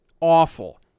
awful